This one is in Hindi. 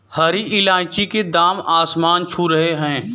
हरी इलायची के दाम आसमान छू रहे हैं